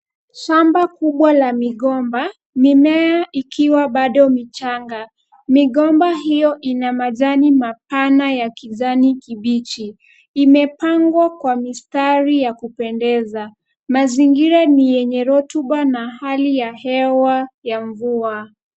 Shamba kubwa la migomba mimea ikiwa bado michanga. Migomba hiyo ina majani mapana ya kijani kibichi. Imepangwa kwa mistari ya kupendeza. Mazingira ni yenye rotuba na hali ya hewa ya mvua.